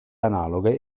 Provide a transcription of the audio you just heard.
analoghe